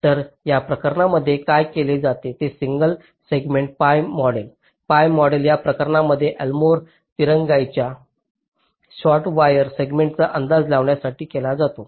तर त्या प्रकरणांसाठी काय केले जाते ते single segment pi model pi model त्या प्रकरणांमध्ये अल्मोर दिरंगाईच्या शॉर्ट वायर सेगमेंटचा अंदाज लावण्यासाठी केला जातो